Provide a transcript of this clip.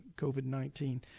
COVID-19